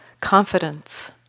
confidence